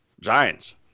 Giants